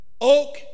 oak